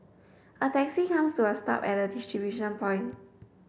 a taxi comes to a stop at the distribution point